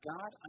God